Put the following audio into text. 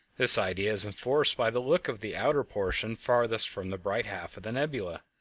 this idea is enforced by the look of the outer portion farthest from the bright half of the nebula,